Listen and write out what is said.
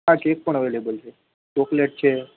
હા કેક પણ અવેલેબલ છે ચોકલેટ છે